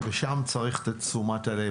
שם צריך את תשומת הלב,